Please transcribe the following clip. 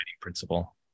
principle